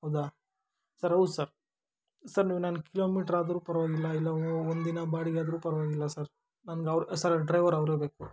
ಹೌದಾ ಸರ್ ಹೌದು sir sir ನೀವು ನನ್ಗೆ ಕಿಲೋಮೀಟ್ರ್ ಆದರೂ ಪರವಾಗಿಲ್ಲ ಇಲ್ಲ ಒಂದಿನ ಬಾಡಿಗೆ ಆದರೂ ಪರವಾಗಿಲ್ಲ ಸರ್ ನಂಗವರು ಸರ್ ಡ್ರೈವರ್ ಅವರೇ ಬೇಕು